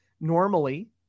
Normally